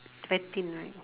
betting right